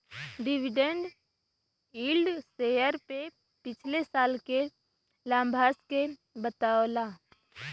dividend yield share पे पिछले साल के लाभांश के बतावला